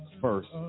first